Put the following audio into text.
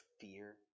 fear